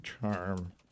charm